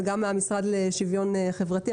וגם מהמשרד לשוויון חברתי,